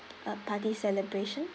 a party celebration